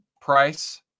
price